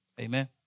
Amen